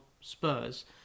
Spurs